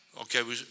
Okay